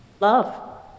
Love